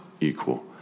equal